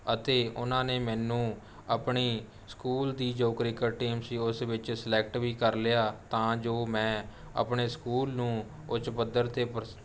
ਅਤੇ ਉਨ੍ਹਾਂ ਨੇ ਮੈਨੂੰ ਆਪਣੀ ਸਕੂਲ ਦੀ ਜੋ ਕ੍ਰਿਕਟ ਟੀਮ ਸੀ ਉਸ ਵਿੱਚ ਸਿਲੈਕਟ ਵੀ ਕਰ ਲਿਆ ਤਾਂ ਜੋ ਮੈਂ ਆਪਣੇ ਸਕੂਲ ਨੂੰ ਉੱਚ ਪੱਧਰ 'ਤੇ ਪ੍ਰਸ